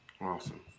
Awesome